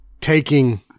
taking